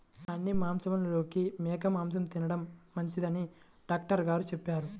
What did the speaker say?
అన్ని మాంసాలలోకి మేక మాసం తిండం మంచిదని డాక్టర్ గారు చెప్పారు